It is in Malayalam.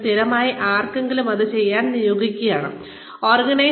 അവിടെ സ്ഥിരമായി ആരെയെങ്കിലും ഇത് ചെയ്യാൻ നിയോഗിക്കാവുന്നതാണ്